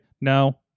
no